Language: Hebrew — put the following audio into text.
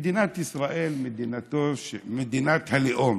מדינת ישראל מדינת לאום,